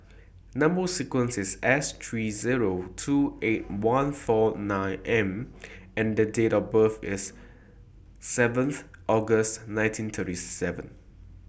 Number sequence IS S three Zero two eight one four nine M and Date of birth IS seventh August nineteen thirty seven